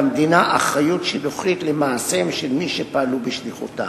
למדינה יש אחריות שילוחית למעשיהם של מי שפעלו בשליחותה.